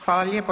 Hvala lijepo.